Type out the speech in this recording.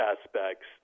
aspects